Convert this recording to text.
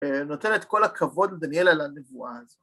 ‫נותן את כל הכבוד לדניאל על הנבואה הזו.